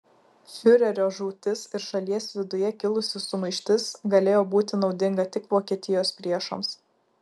fiurerio žūtis ir šalies viduje kilusi sumaištis galėjo būti naudinga tik vokietijos priešams